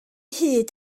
hyd